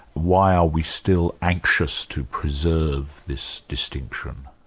why are we still anxious to preserve this distinction?